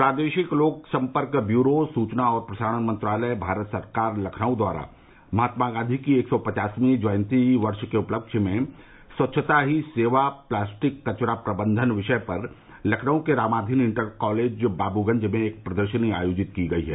प्रादेशिक लोक सम्पर्क ब्यूरों सूचना और प्रसारण मंत्रालय भारत सरकार लखनऊ द्वारा महात्मा गांधी की एक सौ पचासवीं जयंती वर्ष के उपलक्ष्य में स्वच्छता ही सेवा प्लास्टिक कचरा प्रबन्धन विषय पर लखनऊ के रामाधीन इंटर कॉलेज बाबूगंज में एक प्रदर्शनी आयोजित की गयी है